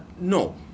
No